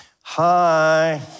hi